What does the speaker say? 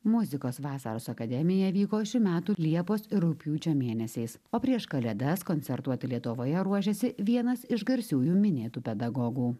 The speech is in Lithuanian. muzikos vasaros akademija vyko šių metų liepos ir rugpjūčio mėnesiais o prieš kalėdas koncertuoti lietuvoje ruošėsi vienas iš garsiųjų minėtų pedagogų